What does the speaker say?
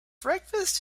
breakfast